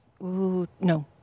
No